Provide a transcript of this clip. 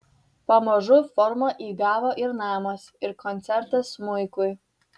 pamažu formą įgavo ir namas ir koncertas smuikui